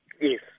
Yes